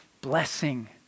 blessing